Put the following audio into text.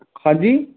ਹਾਂਜੀ